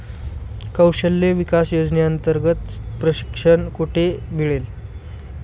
कौशल्य विकास योजनेअंतर्गत प्रशिक्षण कुठे मिळेल?